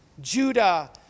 Judah